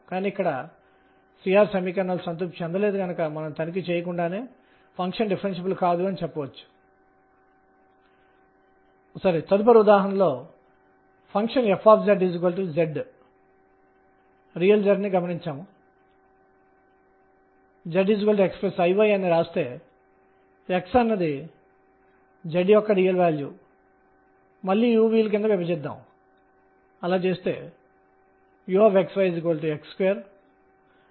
కాబట్టి ఈ సందర్భంలో మనం ఈ గోళాకార నిరూపకాలను ఉపయోగించబోతున్నాము మరియు శక్తి E అనేది 12mr212mr2212mr2sin22 kr ద్వారా ఇవ్వబడుతుంది